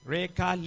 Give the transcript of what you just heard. Reka